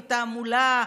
זאת תעמולה,